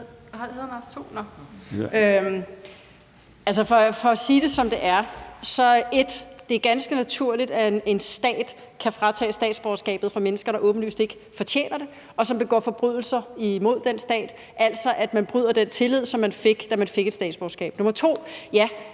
(DF): For at sige det, som det er, er det for det første helt naturligt, at en stat kan fratage statsborgerskabet fra mennesker, der åbenlyst ikke fortjener det, og som begår forbrydelser imod den stat, altså når man bryder den tillid, som man fik, da man fik et statsborgerskab. For